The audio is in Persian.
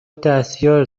دستیار